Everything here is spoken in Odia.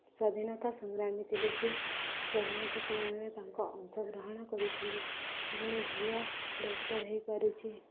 ସ୍ଵାଧୀନତା ସଂଗ୍ରାମୀ ଥିଲେ ସେ ସ୍ଵାଧୀନତା ସଂଗ୍ରାମରେ ତାଙ୍କ ଅଂଶଗ୍ରହଣ କରିଥିଲେ ଜଣେ ଝିଅ ଡକ୍ଟର୍ ହୋଇପାରୁଛି